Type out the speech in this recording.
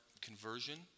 conversion